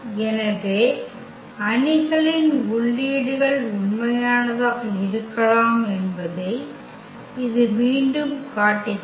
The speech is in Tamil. எனவே அணிகளின் உள்ளீடுகள் உண்மையானதாக இருக்கலாம் என்பதை இது மீண்டும் காட்டுகிறது